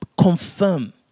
confirm